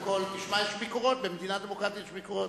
תשמע, במדינה דמוקרטית יש ביקורות.